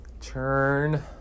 Turn